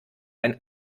ein